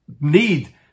need